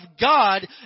God